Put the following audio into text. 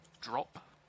drop